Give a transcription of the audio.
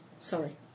Sorry